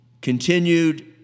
continued